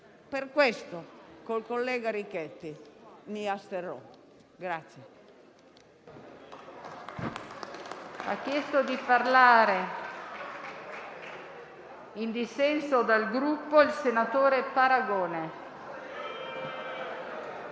Per questo, con il collega Richetti, mi asterrò dal